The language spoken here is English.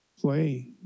play